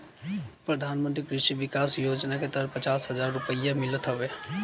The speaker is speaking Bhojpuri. प्रधानमंत्री कृषि विकास योजना के तहत पचास हजार रुपिया मिलत हवे